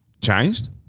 changed